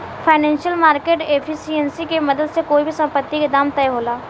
financial market efficiency के मदद से कोई भी संपत्ति के दाम तय होला